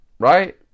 Right